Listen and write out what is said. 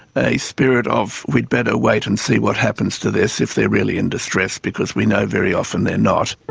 a spirit of we'd better wait and see what happens to this, if they're really in distress, because we know very often they're not.